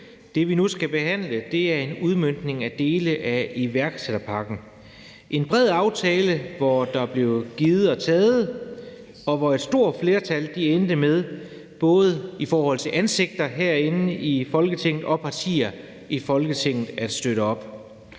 det, vi nu skal behandle – er en udmøntning af dele af iværksætterpakken. Det er en bred aftale, hvor der er blevet givet og taget, og hvor et stort flertal både i forhold til ansigter herinde i Folketinget og partier endte med at støtte op.